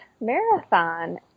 marathon